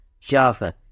java